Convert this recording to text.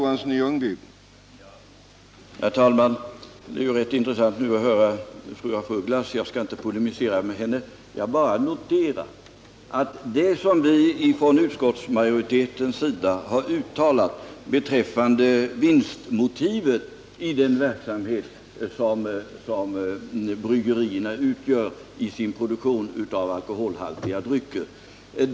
Herr talman! Det är rätt intressant att nu höra fru af Ugglas. Jag skall inte polemisera med henne, men jag vill notera att hon helt förbigår det som utskottsmajoriteten har uttalat beträffande vinstmotivet i den verksamhet som bryggerierna bedriver i sin produktion av alkoholhaltiga drycker.